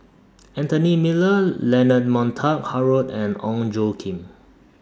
Anthony Miller Leonard Montague Harrod and Ong Tjoe Kim